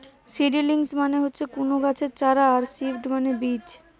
seedlings মানে হচ্ছে কুনো গাছের চারা আর সিড মানে বীজ